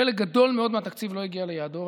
חלק גדול מאוד מהתקציב לא הגיע ליעדו.